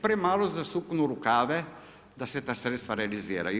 Premalo zasuknu rukave da se ta sredstva realiziraju.